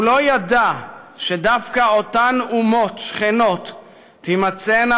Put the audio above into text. הוא לא ידע שדווקא אותן אומות שכנות תימצאנה